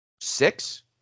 Six